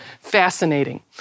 fascinating